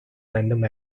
random